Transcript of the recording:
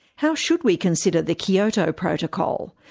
how should we consider the kyoto protocol?